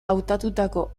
hautatutako